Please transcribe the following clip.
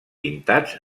pintats